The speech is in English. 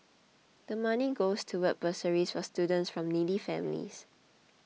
the money goes towards bursaries for students from needy families